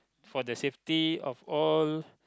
for the safety of all